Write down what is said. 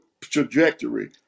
trajectory